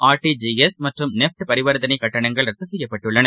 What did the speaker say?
R T G S மற்றும் NEFT பரிவர்த்தனைகட்டணங்கள் ரத்துசெய்யப்பட்டுள்ளன